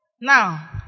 Now